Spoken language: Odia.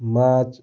ମାଛ୍